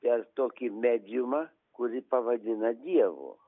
per tokį mediumą kurį pavadina dievu